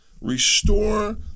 Restore